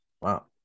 Wow